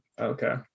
Okay